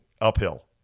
uphill